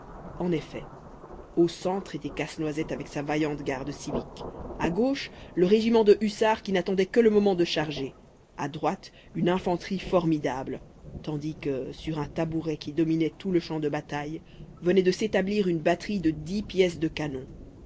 en effet au centre était casse-noisette avec sa vaillante garde civique à gauche le régiment de hussards qui n'attendait que le moment de charger à droite une infanterie formidable tandis que sur un tabouret qui dominait tout le champ de bataille venait de s'établir une batterie de dix pièces de canon